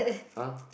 !huh!